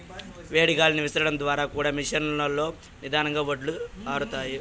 వేడి గాలిని విసరడం ద్వారా కూడా మెషీన్ లో నిదానంగా వడ్లు ఆరుతాయి